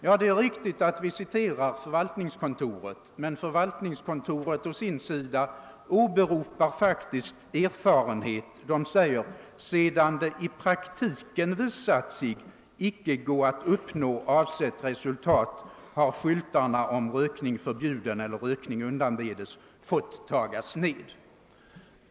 Ja, det är riktigt att utskottet citerat förvaltningskontoret, men detta åberopar å sin sida faktisk erfarenhet, nämligen att skyltarna med texten »rökning förbjuden« eller »rökning undanbedes« har fått tagas ned, sedan det i praktiken visat sig icke gå att uppnå avsett resultat.